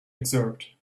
excerpt